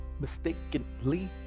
mistakenly